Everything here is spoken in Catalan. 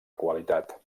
qualitat